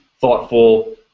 thoughtful